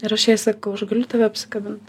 ir aš jai sakau aš galiu tave apsikabint